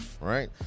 right